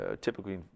typically